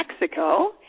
Mexico